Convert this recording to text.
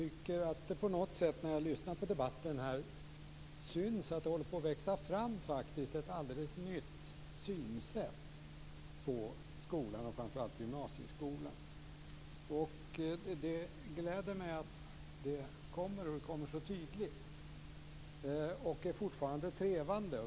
Fru talman! När jag lyssnar på debatten tycker jag på något vis att det synes växa fram ett alldeles nytt synsätt vad gäller skolan och framför allt gymnasieskolan. Det gläder mig att det kommer så tydligt. Men det är fortfarande trevande.